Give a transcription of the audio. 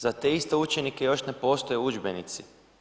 Za te iste učenike još ne postoje udžbenici.